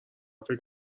فکر